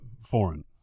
foreign